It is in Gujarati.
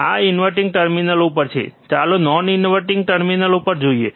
આ ઇન્વર્ટીંગ ટર્મિનલ ઉપર છે ચાલો નોન ઇન્વર્ટીંગ ટર્મિનલ ઉપર જોઈએ